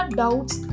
doubts